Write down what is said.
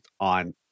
on